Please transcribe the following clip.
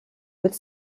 with